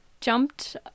jumped